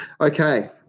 okay